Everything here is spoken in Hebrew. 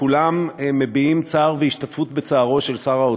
וכולם מביעים צער והשתתפות בצערו של שר האוצר,